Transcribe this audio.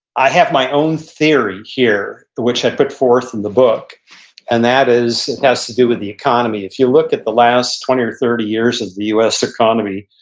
i have my own theory here, which i put forth in the book and that is, it has to do with the economy. if you look at the last twenty or thirty years of the u s. economy,